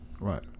Right